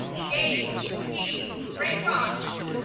gage p raycroft.